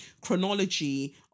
chronology